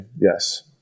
yes